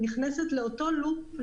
נכנסת לאותו לופ,